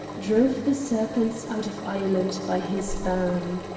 drove the serpents out of ireland by his ban.